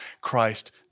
Christ